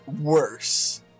worse